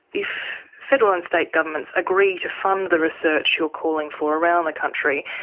if federal and state governments agree to fund the research you're calling for around the country,